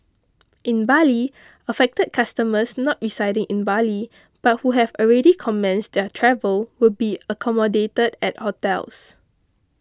in Bali affected customers not residing in Bali but who have already commenced their travel will be accommodated at hotels